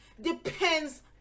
depends